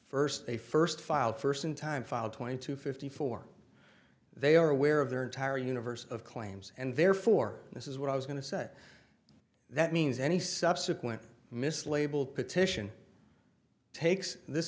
first they first filed first in time filed twenty two fifty four they are aware of their entire universe of claims and therefore this is what i was going to say that means any subsequent mislabel petition takes this